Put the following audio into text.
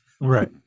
Right